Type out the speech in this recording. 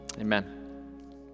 Amen